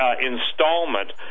installment